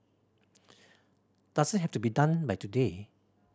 doesn't have to be done by today